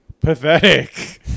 pathetic